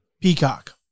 Peacock